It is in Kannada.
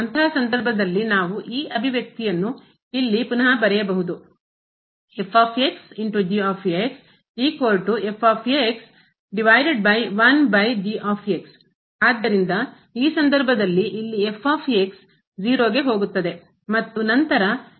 ಅಂತಹ ಸಂದರ್ಭದಲ್ಲಿ ನಾವು ಈ ಅಭಿವ್ಯಕ್ತಿಯನ್ನು ಇಲ್ಲಿ ಪುನಃ ಬರೆಯಬಹುದು ಆದ್ದರಿಂದ ಈ ಸಂದರ್ಭದಲ್ಲಿ ಇಲ್ಲಿ 0 ಗೆ ಹೋಗುತ್ತದೆ ಮತ್ತು ನಂತರ ಈ ಸಹ 0 ಕ್ಕೆ ಹೋಗುತ್ತದೆ